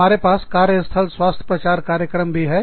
हमारे पास कार्य स्थल स्वास्थ्य प्रचार कार्यक्रम भी है